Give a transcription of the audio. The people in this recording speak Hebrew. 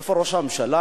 איפה ראש הממשלה?